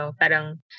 parang